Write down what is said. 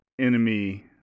enemy